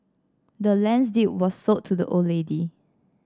the land's deed was sold to the old lady